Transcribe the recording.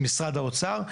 עם משרד האוצר,